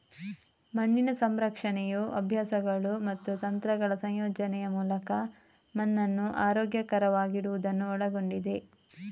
ಮಣ್ಣಿನ ಸಂರಕ್ಷಣೆಯು ಅಭ್ಯಾಸಗಳು ಮತ್ತು ತಂತ್ರಗಳ ಸಂಯೋಜನೆಯ ಮೂಲಕ ಮಣ್ಣನ್ನು ಆರೋಗ್ಯಕರವಾಗಿಡುವುದನ್ನು ಒಳಗೊಂಡಿದೆ